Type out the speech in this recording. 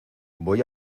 voy